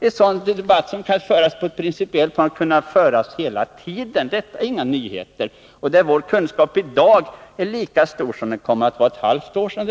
— är sådana principiella frågor som kunnat diskuteras hela tiden. De är inga nyheter, och vår kunskap därvidlag är lika stor som för ett halvt år sedan.